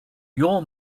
your